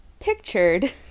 Pictured